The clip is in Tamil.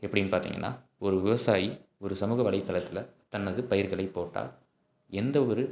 எப்படின்னு பார்த்திங்கன்னா ஒரு விவசாயி ஒரு சமூக வலைத்தளத்தில் தனது பயிர்களை போட்டால் எந்த ஒரு